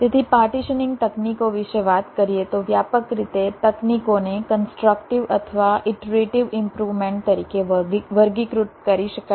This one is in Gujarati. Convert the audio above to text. તેથી પાર્ટીશનીંગ તકનીકો વિશે વાત કરીએ તો વ્યાપક રીતે તકનીકોને કન્સ્ટ્રક્ટીવ અથવા ઈટરેટિવ ઈમ્પ્રુવમેન્ટ તરીકે વર્ગીકૃત કરી શકાય છે